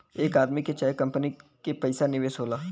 एक आदमी के चाहे कंपनी के पइसा निवेश होला